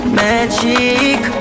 magic